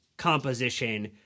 composition